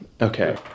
Okay